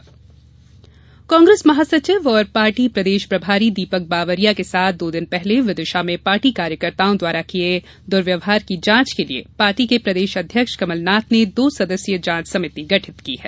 जांच समिति कांग्रेस महासचिव और पार्टी प्रदेश प्रभारी दीपक बावरिया के साथ दो दिन पहले विदिशा में पार्टी कार्यकर्ताओं द्वारा किए द्वर्व्यवहार की जांच के लिए पार्टी की प्रदेश अध्यक्ष कमलनाथ ने दो सदस्यीय जांच समिति गठित की है